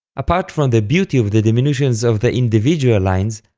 apart from the beauty of the diminutions of the individual lines,